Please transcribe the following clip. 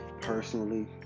personally